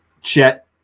Chet